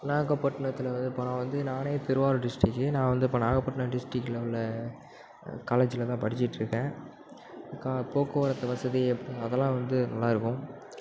நாகப்பட்டனத்தில் வந்து இப்போ நானே திருவாரூர் டிஸ்டிக்கு நான் வந்து இப்போ நாகப்பட்டின டிஸ்டிக்கில் உள்ள காலேஜில் தான் படிச்சுட்டு இருக்கேன் இதற்கான போக்குவரத்து வசதி அதெலாம் வந்து நல்லாயிருக்கும்